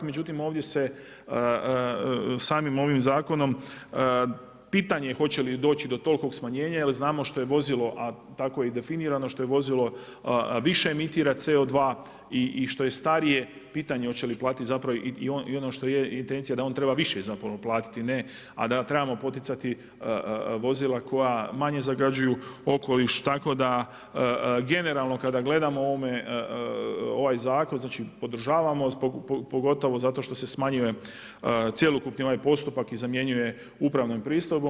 Međutim, ovdje se, samim ovim zakonom, pitanje je hoće li doći do tolikog smanjenja, jer znamo što je vozilo, a tako i definirano, što je vozilo više emitira CO2 i što je starije, pitanje hoće li platiti zapravo i ono što je intencija, da on treba i više zapravo platiti, a ne, a da trebamo poticati, vozila koja manje zagađuju okoliš, tako da generalno kada gledamo o ovome, ovaj zakon, znači podržavamo, pogotovo zato što se smanjuje cjelokupni ovaj postupak i zamjenjuje upravnom pristojbom.